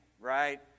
right